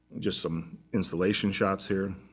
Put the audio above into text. just some installation shots here